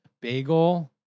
bagel